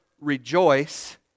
rejoice